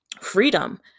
freedom